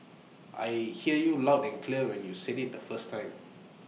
I hear you loud and clear when you said IT the first time